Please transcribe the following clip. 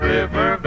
River